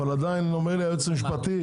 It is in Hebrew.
אבל עדיין אומר לי היועץ המשפטי,